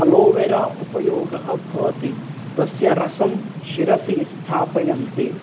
aloe vera उपयोगः भवति तस्य रसं शिरसि स्थापयन्ति